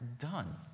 done